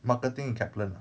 marketing in Kaplan ah